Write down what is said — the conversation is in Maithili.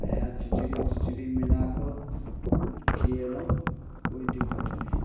इएह खिचड़ी तिचड़ी मिलाकऽ खीयेलहुँ कोइ दिक्कत नहि